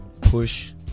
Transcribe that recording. push